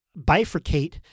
bifurcate